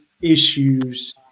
issues